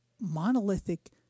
monolithic